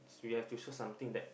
so we have to show something that